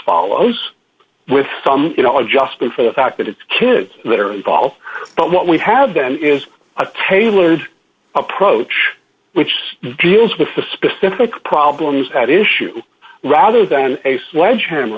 follows with you know adjusting for the fact that it's kids that are involved but what we have been is a tailored approach which deals with the specific problems at issue rather than a sledgehammer